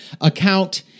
account